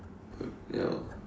ya lor